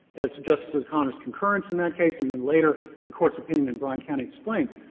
as justice o'connor's concurrence in that case and then later the court's opinion in bryan county explains,